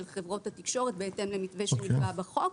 חברות התקשורת בהתאם למתווה שנקבע בחוק.